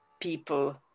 people